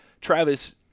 Travis